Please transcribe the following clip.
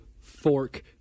fork